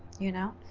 you know,